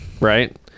Right